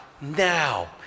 now